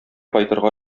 кайтырга